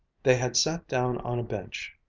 they had sat down on a bench,